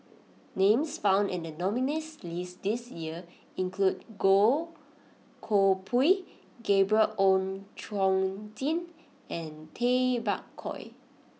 names found in the nominees' list this year include Goh Koh Pui Gabriel Oon Chong Jin and Tay Bak Koi